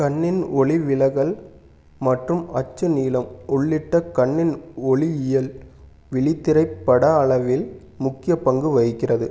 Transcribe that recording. கண்ணின் ஒளிவிலகல் மற்றும் அச்சு நீளம் உள்ளிட்ட கண்ணின் ஒளியியல் விழித்திரை பட அளவில் முக்கிய பங்கு வகிக்கிறது